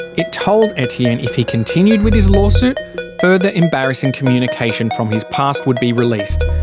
it told etienne if he continued with his lawsuit further embarrassing communication from his past would be released,